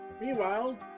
Meanwhile